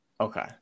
Okay